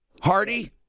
Hardy